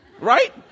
Right